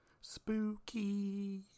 Spooky